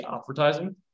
advertising